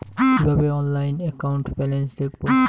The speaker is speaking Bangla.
কিভাবে অনলাইনে একাউন্ট ব্যালেন্স দেখবো?